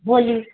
Holi